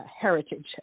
heritage